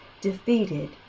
defeated